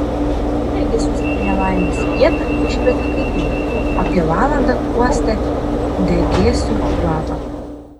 ugniagesius į nelaimės vietą iškvietė kaimynai apie valandą uostę degėsių kvapą